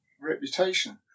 reputation